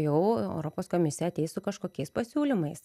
jau europos komisija ateis su kažkokiais pasiūlymais